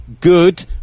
good